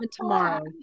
tomorrow